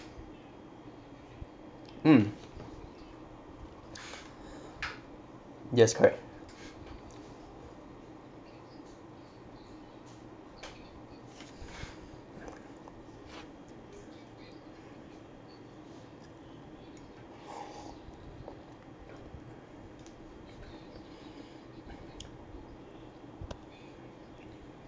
mm yes correct